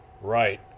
Right